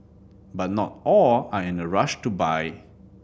but not all are in a rush to buy